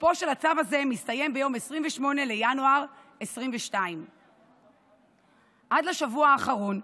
תוקפו של הצו הזה מסתיים ביום 28 בינואר 2022. עד לשבוע האחרון,